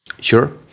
Sure